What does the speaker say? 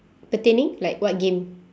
pertaining like what game